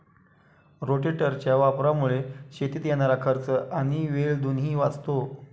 रोटेटरच्या वापरामुळे शेतीत येणारा खर्च आणि वेळ दोन्ही वाचतो